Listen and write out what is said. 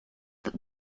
that